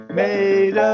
made